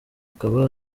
akaba